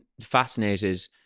fascinated